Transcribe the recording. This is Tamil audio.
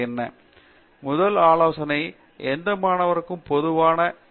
பேராசிரியர் சத்யநாராயணன் என் கும்மாடி முதல் ஆலோசனையானது எந்த மாணவருக்குமான பொதுவான அறிவுரையாக இருக்காது